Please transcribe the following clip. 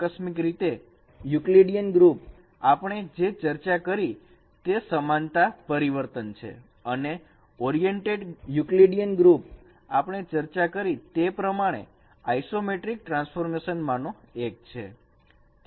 આકસ્મિક રીતે Euclidean group આપણે જે ચર્ચા કરી તે સમાનતા પરિવર્તન છે અને ઓરિએન્ટેડ યુકલીડીયન ગ્રુપ આપણે ચર્ચા કરી તે પ્રમાણે આઈસોમેટ્રિક ટ્રાન્સફોર્મેશન માંનો એક છે